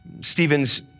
stephen's